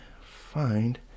find